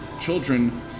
children